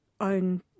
own